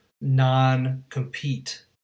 non-compete